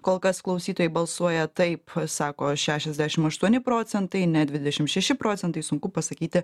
kol kas klausytojai balsuoja taip sako šešiasdešim aštuoni procentai ne dvidešim šeši procentai sunku pasakyti